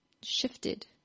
shifted